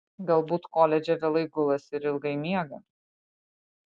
galbūt koledže vėlai gulasi ir ilgai miega